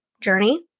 journey